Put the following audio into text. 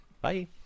Bye